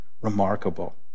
remarkable